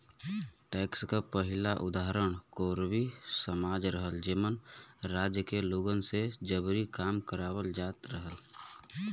tax क पहिला उदाहरण कोरवी समाज रहल जेमन राज्य के लोगन से जबरी काम करावल जात रहल